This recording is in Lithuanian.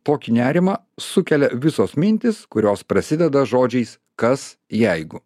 tokį nerimą sukelia visos mintys kurios prasideda žodžiais kas jeigu